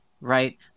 right